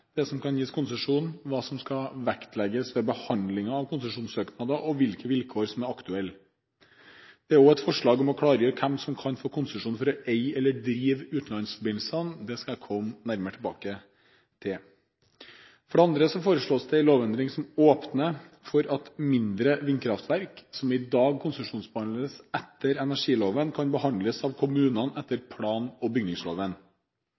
hvem som kan gis konsesjon, hva som skal vektlegges ved behandlingen av konsesjonssøknader, og hvilke vilkår som er aktuelle. Det er også et forslag om å klargjøre hvem som kan få konsesjon til å eie eller drive utenlandsforbindelsene. Det skal jeg komme nærmere tilbake til. For det andre foreslås det en lovendring som åpner for at mindre vindkraftverk, som i dag konsesjonsbehandles etter energiloven, kan behandles av kommunene etter plan- og bygningsloven.